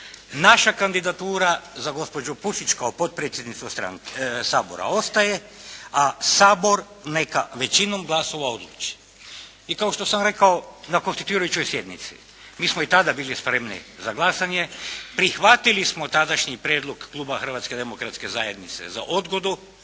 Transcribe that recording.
Naša kandidatura za gospođu Pusić kao potpredsjednicu Sabora ostaje a Sabor neka većinom glasova odluči. I kao što sam rekao na konstituirajućoj sjednici mi smo i tada bili spremni za glasanje, prihvatili smo tadašnji prijedlog Kluba Hrvatske demokratske zajednice za odgodu,